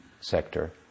sector